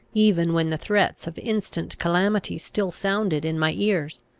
even when the threats of instant calamity still sounded in my ears.